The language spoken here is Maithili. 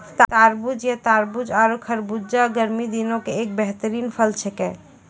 तरबूज या तारबूज आरो खरबूजा गर्मी दिनों के एक बेहतरीन फल छेकै